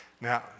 Now